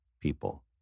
people